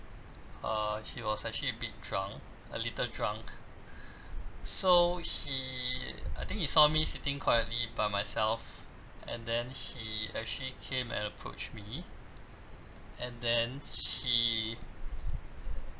uh he was actually a bit drunk a little drunk so he I think he saw me sitting quietly by myself and then he actually came and approach me and then he